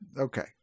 Okay